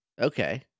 Okay